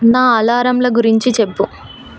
నా అలారంల గురించి చెప్పు